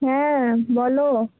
হ্যাঁ বলো